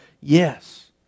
yes